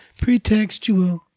Pretextual